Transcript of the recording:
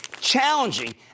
Challenging